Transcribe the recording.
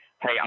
Hey